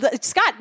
Scott